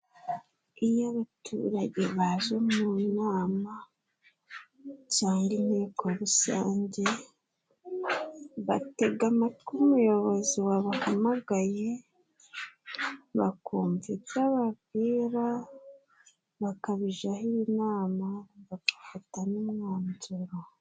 Iyo abaturage baje mu nama cyangwa inteko rusange, batega amatwi umuyobozi wabahamagaye, bakumva ibyo ababwira, bakabijaho inama, bagafata n'umwanzuro.